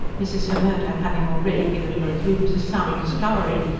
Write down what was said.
mrs. hemmerde having already given both rooms a sound scouring,